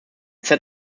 set